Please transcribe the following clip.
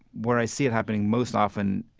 where i see it happening most often,